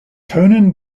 conan